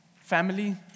family